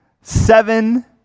seven